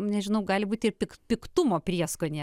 nežinau gali būti ir pik piktumo prieskonį